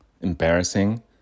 embarrassing